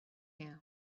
now